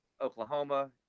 Oklahoma